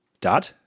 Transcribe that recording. Dad